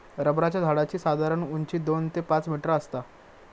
रबराच्या झाडाची साधारण उंची दोन ते पाच मीटर आसता